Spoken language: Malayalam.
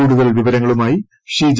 കൂടുതൽ വിവരങ്ങളുമായി ഷീജ